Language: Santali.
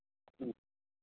ᱦᱩᱸ